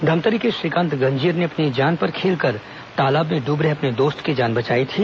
धमतरी के श्रीकांत गंजीर ने अपनी जान पर खेलकर तालाब में डूब रहे अपने दोस्त की जान बचाई थी